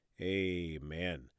Amen